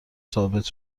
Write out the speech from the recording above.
ثابت